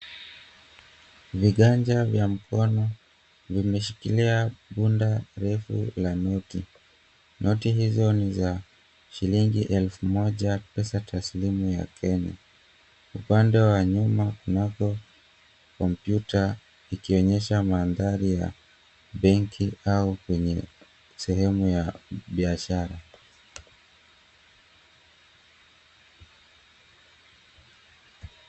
Viganja vya mkono vimeshikilia bunda refu la noti. Noti hizo ni za shilingi elfu moja, pesa taslimu ya Kenya. Upande wa nyuma kunako kompyuta, ikionyesha mandhari ya benki au kwenye sehemu ya biashara.